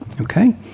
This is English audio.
Okay